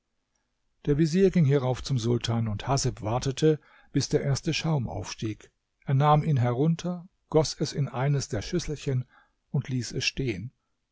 der vezier ging hierauf zum sultan und haseb wartete bis der erste schaum aufstieg er nahm ihn herunter goß es in eines der schüsselchen und ließ es stehen